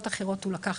העברת